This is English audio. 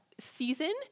season